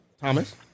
Thomas